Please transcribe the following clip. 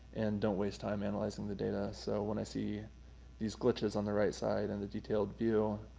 and don't waste time analyzing the data. so when i see these glitches on the right side, and the detailed view,